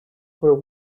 were